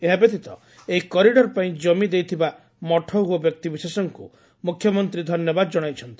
ଏହାବ୍ୟତୀତ ଏହି କରିଡର୍ ପାଇଁ ଜମି ଦେଇଥିବା ମଠ ଓ ବ୍ୟକ୍ତିବିଶେଷଙ୍ଙୁ ମୁଖ୍ୟମନ୍ତୀ ଧନ୍ୟବାଦ ଜଶାଇଛନ୍ତି